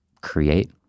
create